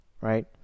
right